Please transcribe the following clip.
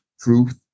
truth